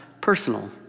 personal